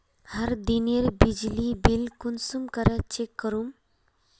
हर दिनेर बिजली बिल कुंसम करे चेक करूम?